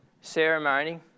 ceremony